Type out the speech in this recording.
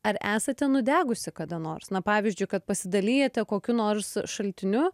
ar esate nudegusi kada nors na pavyzdžiui kad pasidalijate kokiu nors šaltiniu